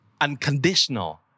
unconditional